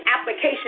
application